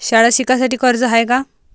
शाळा शिकासाठी कर्ज हाय का?